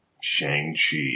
Shang-Chi